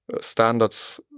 standards